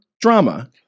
drama